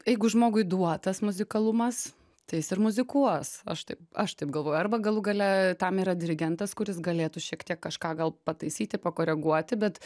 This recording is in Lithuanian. eigu žmogui duotas muzikalumas tai jis ir muzikuos aš taip aš taip galvoju arba galų gale tam yra dirigentas kuris galėtų šiek tiek kažką gal pataisyti pakoreguoti bet